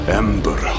ember